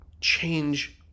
change